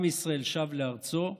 עם ישראל שב לארצו,